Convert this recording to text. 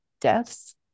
deaths